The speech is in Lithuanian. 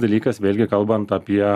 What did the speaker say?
dalykas vėlgi kalbant apie